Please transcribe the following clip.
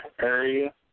area